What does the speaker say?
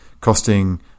costing